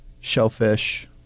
shellfish